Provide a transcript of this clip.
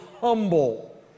humble